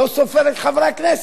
לא סופר את חברי הכנסת,